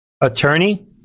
attorney